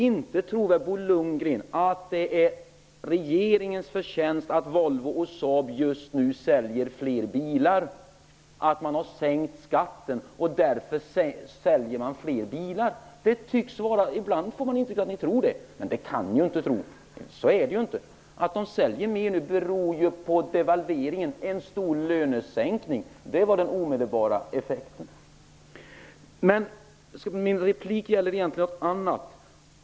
Inte tror väl Bo Lundgren att det är regeringens förtjänst att Volvo och Saab just nu säljer fler bilar? Regeringen har sänkt skatten, och därför säljer man fler bilar. Ibland får man intrycket att ni tror det. Men det kan ni inte tro. Så är det ju inte. Att de säljer mer beror på devalveringen, en stor lönesänkning. Det var den omedelbara effekten. Min replik gäller egentligen något annat.